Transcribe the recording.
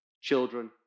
children